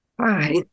Hi